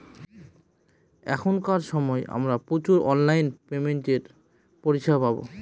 এখনকার সময় আমরা প্রচুর অনলাইন পেমেন্টের পরিষেবা পাবো